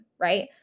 right